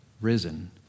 risen